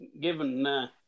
given